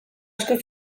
asko